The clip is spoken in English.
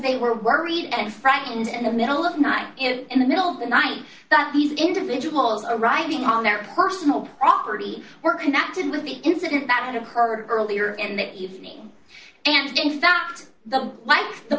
they were worried and frightened in the middle of the night in the middle of the night that these individuals are writing on their personal property were connected with the incident that occurred earlier in the evening and in fact the